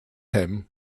him